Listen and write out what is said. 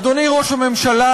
אדוני ראש הממשלה,